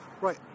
Right